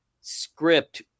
script